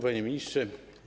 Panie Ministrze!